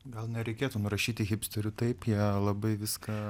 gal nereikėtų nurašyti hipsterių taip jie labai viską